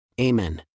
Amen